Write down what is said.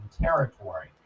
territory